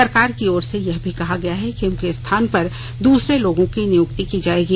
सरकार की ओर से यह भी कहा गया है कि उनके स्थान पर दसरे लोगों की नियुक्ति की जायेगी